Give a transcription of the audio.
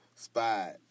Spot